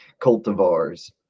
cultivars